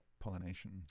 pollination